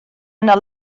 yno